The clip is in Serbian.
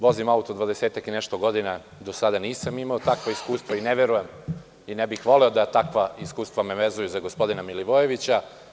Vozim auto 20-ak i nešto godina, do sada nisam imao takva iskustva i ne verujem i ne bih voleo da takva iskustva me vezuju za gospodina Milivojevića.